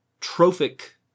trophic